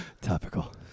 Topical